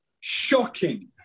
shocking